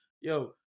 yo